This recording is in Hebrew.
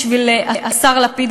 בשביל השר לפיד,